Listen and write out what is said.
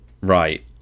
right